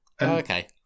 Okay